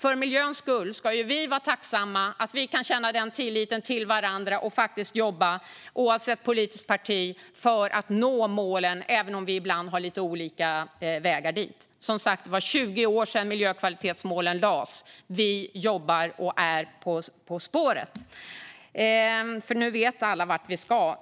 För miljöns skull ska vi därför vara tacksamma att vi känner tillit till varandra och oavsett politiskt parti jobbar för att nå målen, även om vi ibland har lite olika väg dit. Det var som sagt 20 år sedan miljökvalitetsmålen sattes upp. Nu jobbar vi med dem och är på spåret, för alla vet vart vi ska.